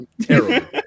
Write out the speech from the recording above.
Terrible